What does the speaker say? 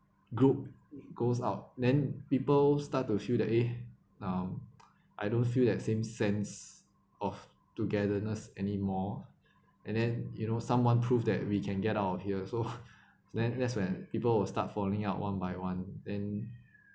group goes out then people start to feel that eh now I don't feel that same sense of togetherness anymore and then you know someone prove that we can get out of here so then that's when people will start following out one by one then